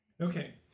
Okay